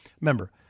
Remember